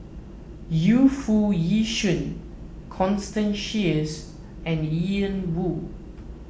Yu Foo Yee Shoon Constance Sheares and Ian Woo